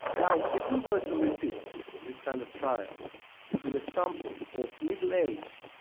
now, if we were to repeat this kind of trial in a sample of middle aged,